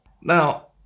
now